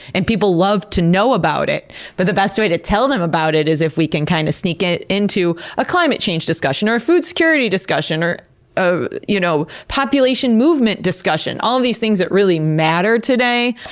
and people love to know about it. but the best way to tell them about it is if we can kind of sneak it into a climate change discussion, or a food-security discussion, or a you know population movement discussion. all of these things that really matter today,